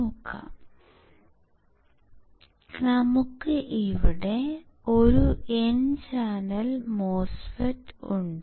നമുക്ക് ഇവിടെ ഒരു N ചാനൽ MOSFET ഉണ്ട്